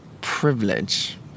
privilege